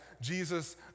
Jesus